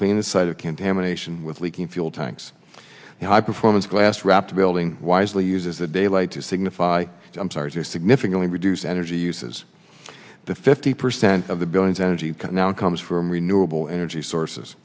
clean the site of contamination with leaking fuel tanks and high performance glass wrapped a building wisely uses the daylight to signify i'm sorry here significantly reduce energy uses to fifty percent of the buildings energy now comes from renewable energy sources